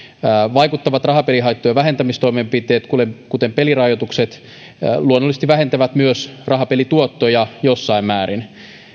vaikuttavat rahapelihaittojen vähentämistoimenpiteet kuten pelirajoitukset luonnollisesti vähentävät myös rahapelituottoja jossain määrin